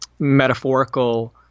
metaphorical